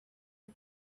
are